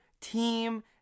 team